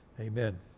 amen